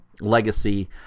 legacy